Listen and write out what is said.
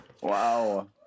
Wow